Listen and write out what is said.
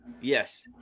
yes